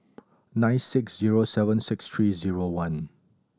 nine six zero seven six three zero one